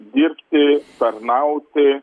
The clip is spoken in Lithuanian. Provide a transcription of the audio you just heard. dirbti tarnauti